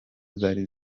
zari